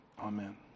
amen